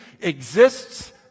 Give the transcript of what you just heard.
exists